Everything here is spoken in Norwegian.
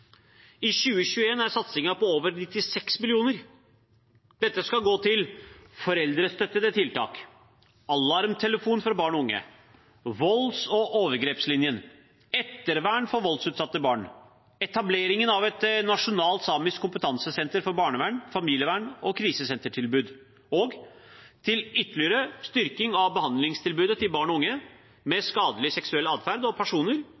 I 2021 er satsingen på over 96 mill. kr. Dette skal gå til: foreldrestøttende tiltak alarmtelefonen for barn og unge volds- og overgrepslinjen ettervern for voldsutsatte barn etablering av et nasjonalt samisk kompetansesenter for barnevern, familievern og krisesentertilbud ytterligere styrking av behandlingstilbudet til barn og unge med skadelig seksuell atferd, og personer